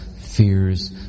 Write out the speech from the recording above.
fears